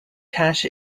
cash